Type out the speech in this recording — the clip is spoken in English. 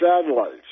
satellites